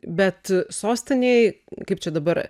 bet sostinėj kaip čia dabar